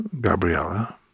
Gabriella